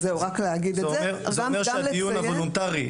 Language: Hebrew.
זה אומר שהדיון הוולונטרי,